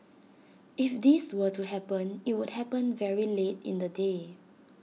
if this were to happen IT would happen very late in the day